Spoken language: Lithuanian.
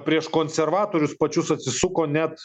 prieš konservatorius pačius atsisuko net